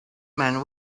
man